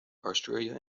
australia